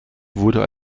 wurde